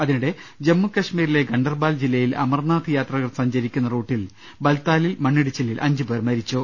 അതിനിടെ ജമ്മു കശ്മീരിലെ ഗണ്ഡർബാൽ ജില്ലയിൽ അമർനാഥ് യാത്രികർ സഞ്ചരിക്കുന്ന റൂട്ടിൽ ബാൽത്താലിൽ മണ്ണിടിച്ചി ലിൽ അഞ്ചുപേർ മരിച്ചു